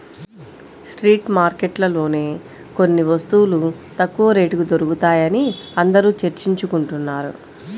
street మార్కెట్లలోనే కొన్ని వస్తువులు తక్కువ రేటుకి దొరుకుతాయని అందరూ చర్చించుకుంటున్నారు